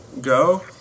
go